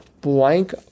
blank